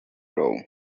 goal